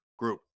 Group